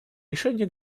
решении